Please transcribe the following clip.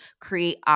create